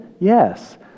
Yes